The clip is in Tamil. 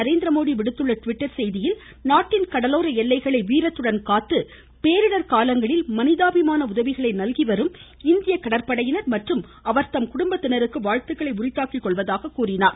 நரேந்திரமோதி விடுத்துள்ள டிவிட்டர் செய்தியில் நாட்டின் கடலோர எல்லைகளை வீரத்துடன் காத்து பேரிடர் காலங்களில் மனிதாபிமான உதவிகளை நல்கி வரும் இந்திய கடற்படையினர் மற்றும் அவரது குடும்பத்தினருக்கு வாழ்த்துக்களை உரித்தாக்கிகொள்வதாக கூறியுள்ளார்